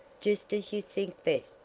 just as you think best,